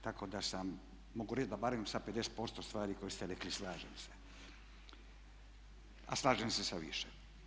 Tako da sam, mogu reći da barem sa 50% stvari koje ste rekli slažem se, a slažem se sa više.